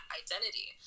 identity